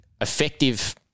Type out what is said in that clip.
effective